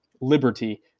liberty